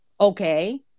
okay